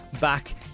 back